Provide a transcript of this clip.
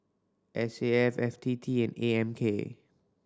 S A F F T T A M K